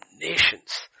nations